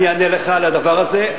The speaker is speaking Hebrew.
אני אענה לך על הדבר הזה.